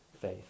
faith